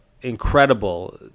incredible